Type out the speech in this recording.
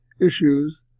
issues